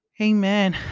Amen